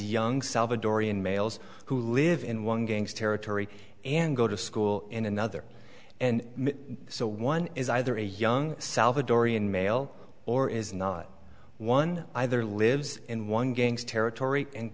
young salvadorian males who live in one gangs territory and go to school in another and so one is either a young salvadorian male or is not one either lives in one gangs territory and